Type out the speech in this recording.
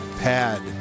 Pad